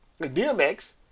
DMX